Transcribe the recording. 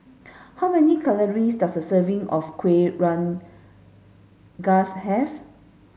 how many calories does a serving of Kueh Rengas have